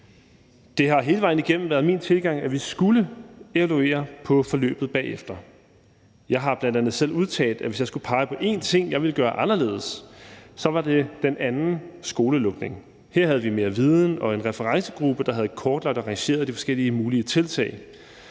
Det har hele vejen igennem været min tilgang, at vi skulle evaluere forløbet bagefter. Jeg har bl.a. selv udtalt, at hvis jeg skulle pege på én ting, jeg ville gøre anderledes, så var det den anden skolenedlukning. Her havde vi mere viden og en referencegruppe, der havde kortlagt og rangeret de forskellige mulige tiltag,